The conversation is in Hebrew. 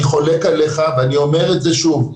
אני חולק עליך ואני אומר את זה שוב,